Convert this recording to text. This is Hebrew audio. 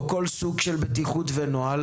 או כל סוג של בטיחות ונוהל